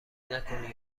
نکنی